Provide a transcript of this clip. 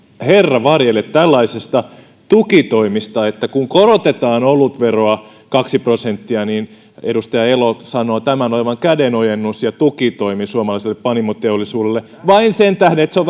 herra varjele tällaisilta tukitoimilta että kun korotetaan olutveroa kaksi prosenttia niin edustaja elo sanoo tämän olevan kädenojennus ja tukitoimi suomalaiselle panimoteollisuudelle vain sen tähden että se on